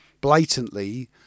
blatantly